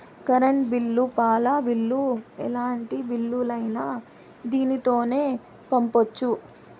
current bill పాల bill ఎలాంటి బిల్లులైనా దీనితోనే పంపొచ్చు